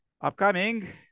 upcoming